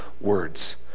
words